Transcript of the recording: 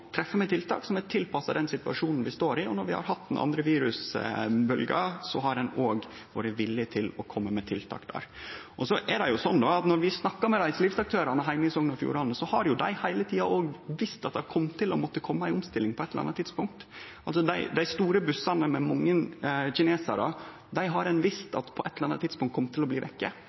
treffe med tiltak som er tilpassa den situasjonen vi står i. Når vi har hatt den andre virusbølgja, har ein òg vore villig til å kome med tiltak. Når vi snakkar med reiselivsaktørane heime i Sogn og Fjordane, har dei heile tida visst at det ville kome ei omstilling på eit eller anna tidspunkt. Dei store bussane med mange kinesarar har ein visst på eit eller anna tidspunkt kom til å bli vekke. Det har skjedd mykje tidlegare enn vi trudde. Difor har det vore viktig at når regjeringa har lagt fram pakkar og vi har forhandla om dei i